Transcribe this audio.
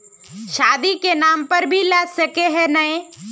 शादी के नाम पर भी ला सके है नय?